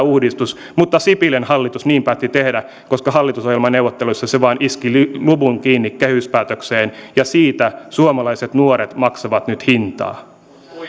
uudistus mutta sipilän hallitus niin päätti tehdä koska hallitusohjelmaneuvotteluissa se vain iski luvun kiinni kehyspäätökseen ja siitä suomalaiset nuoret maksavat nyt hintaa